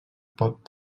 pot